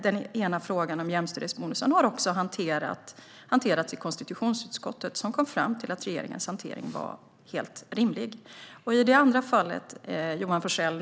Den ena frågan om jämställdhetsbonusen har hanterats i konstitutionsutskottet, som kom fram till att regeringens hantering var helt rimlig. Sedan var det frågan om det andra fallet, Johan Forssell.